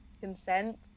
consent